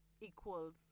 equals